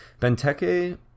benteke